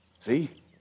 See